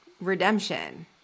redemption